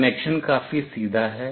connection काफी सीधा है